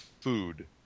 food